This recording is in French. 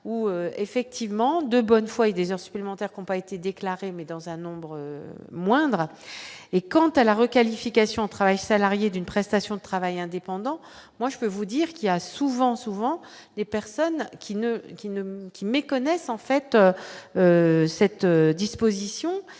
où effectivement de bonne foi et des heures supplémentaires qu'on pas été déclarés, mais dans un nombre moindre et quant à la requalification travail salarié d'une prestation de travail indépendant, moi je peux vous dire qu'il y a souvent souvent les personnes qui ne qui ne qui méconnaissent, en fait, cette disposition